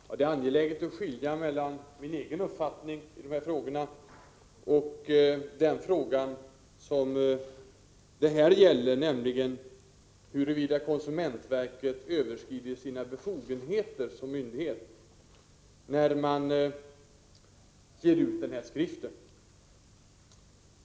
Herr talman! Det är angeläget att skilja mellan min egen uppfattning i dessa frågor och den fråga som det nu gäller, nämligen huruvida konsument verket har överskridit sina befogenheter som myndighet när det har givit ut den här skriften.